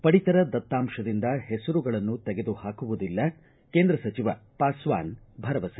ಪಡಿತರ ದತ್ತಾಂಶದಿಂದ ಹೆಸರುಗಳನ್ನು ತೆಗೆದು ಹಾಕುವುದಿಲ್ಲ ಕೇಂದ್ರ ಸಚಿವ ಪಾಸ್ವಾನ್ ಭರವಸೆ